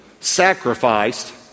sacrificed